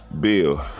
Bill